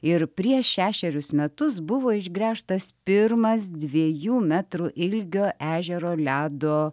ir prieš šešerius metus buvo išgręžtas pirmas dviejų metrų ilgio ežero ledo